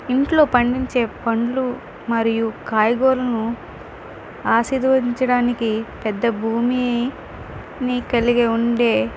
ఇంట్లో పండించే పండ్లు మరియు కాయగూరలను ఆశీర్వదించడానికి పెద్ద భూమిని కలిగి ఉండ